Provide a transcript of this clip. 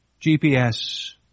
GPS